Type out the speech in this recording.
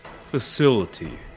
facility